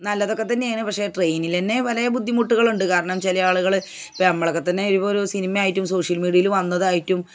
നല്ലതൊക്കെത്തന്നെയാണ് പക്ഷെ ട്രയിനിൽ തന്നെ പലേ ബുദ്ധിമുട്ടുകളുണ്ട് കാരണം ചിലയാളുകൾ ഇപ്പം ഞമ്മളൊക്കെത്തന്നെ ഇഴിപോരു സിനിമയായിട്ടും സോഷ്യല് മീഡിയയിൽ വന്നതായിട്ടും